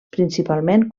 principalment